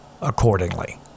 accordingly